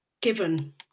given